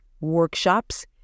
workshops